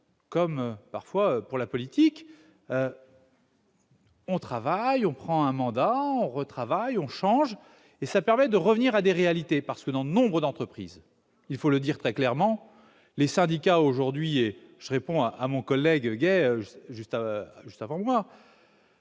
comme parfois pour la politique. On travaille, on prend un mandat on retravaille on change et ça permet de revenir à des réalités parce que, dans nombre d'entreprises, il faut le dire très clairement, les syndicats aujourd'hui et je réponds à mon collègue gay juste juste avant moi,